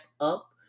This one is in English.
up